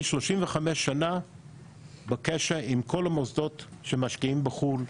אני 35 שנה בקשר עם כל המוסדות שמשקיעים בחו"ל,